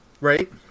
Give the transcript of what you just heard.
Right